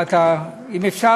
אם אפשר,